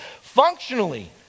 Functionally